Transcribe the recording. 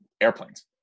airplanes